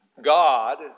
God